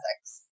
ethics